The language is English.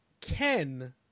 Ken